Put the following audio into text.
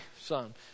son